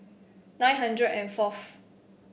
nine hundred and fourth